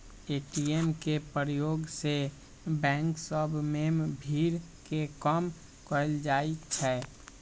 ATM के प्रयोग से बैंक सभ में भीड़ के कम कएल जाइ छै